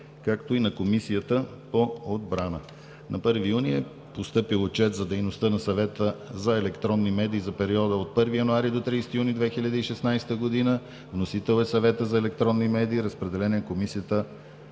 както и на Комисията по отбрана.